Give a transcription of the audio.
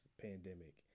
pandemic